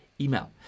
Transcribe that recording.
email